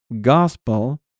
gospel